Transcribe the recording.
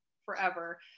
forever